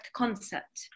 concept